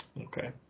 Okay